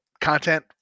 content